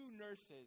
nurses